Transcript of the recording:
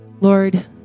Lord